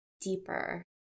deeper